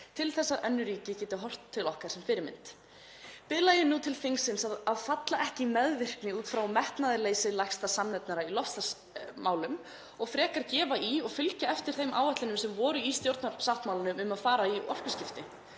til þess að önnur ríki geti horft til okkar sem fyrirmyndar. Biðla ég nú til þingsins að falla ekki í meðvirkni út af metnaðarleysi lægsta samnefnara í loftslagsmálum og gefa frekar í og fylgja eftir þeim áætlunum sem voru í stjórnarsáttmálanum um að fara í orkuskipti.